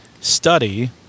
study